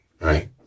right